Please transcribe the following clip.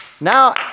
now